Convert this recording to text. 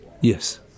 yes